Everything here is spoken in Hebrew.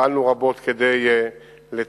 פעלנו רבות כדי לתקן,